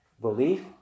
belief